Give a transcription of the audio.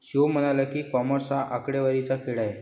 शिवम म्हणाला की, कॉमर्स हा आकडेवारीचा खेळ आहे